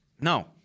No